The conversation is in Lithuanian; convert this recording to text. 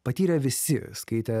patyrę visi skaitę